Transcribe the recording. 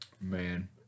Man